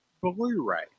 Blu-ray